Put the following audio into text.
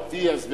אטיאס וגמליאל,